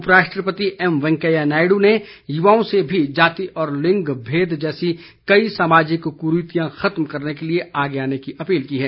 उप राष्ट्रपति एम वेंकैया नायड् ने युवाओं से भी जाति और लिंग भेद जैसी कई सामाजिक क्रीतियां खत्म करने के लिए आगे आने की अपील की है